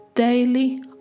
daily